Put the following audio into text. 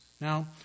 Now